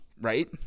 right